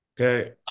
Okay